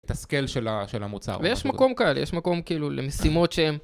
מתסכל של המוצר ויש מקום כאלה יש מקום כאילו למשימות שהם.